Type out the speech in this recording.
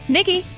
Nikki